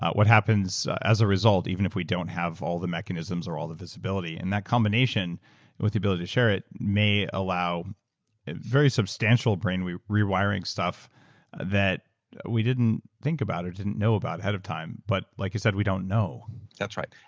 what happens as a result? even if we don't have all the mechanisms or all the visibility, and that combination with the ability to share it may allow very substantial brain rewiring stuff that we didn't think about or didn't know about ahead of time. but like you said, we don't know that's right.